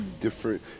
different